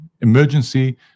emergency